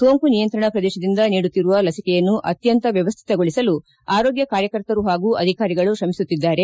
ಸೋಂಕು ನಿಯಂತ್ರಣ ಪ್ರದೇಶದಿಂದ ನೀಡುತ್ತಿರುವ ಲಿಸಿಕೆಯನ್ನು ಅತ್ತಂತ ವ್ಯವಶ್ವಿತಗೊಳಿಸಲು ಆರೋಗ್ಟ ಕಾರ್ಯಕರ್ತರು ಹಾಗೂ ಅಧಿಕಾರಿಗಳು ಶ್ರಮಿಸುತ್ತಿದ್ದಾರೆ